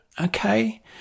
Okay